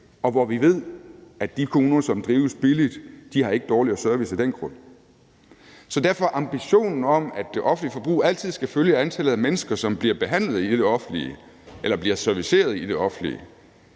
og hvor vi ved, at de kommuner, som drives billigt, ikke har dårligere service af den grund. Så derfor er ambitionen om, at det offentlige forbrug altid skal følge antallet af mennesker, som bliver behandlet i det offentlige eller serviceret i det offentlige,